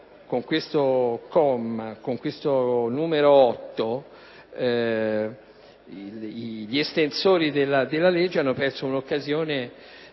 con questo comma, gli estensori della legge hanno perso una occasione